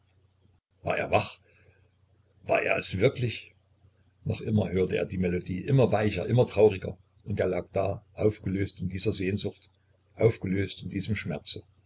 er wach war er es wirklich noch immer hörte er die melodie immer weicher immer trauriger und er lag da aufgelöst in dieser sehnsucht aufgelöst in diesem schmerze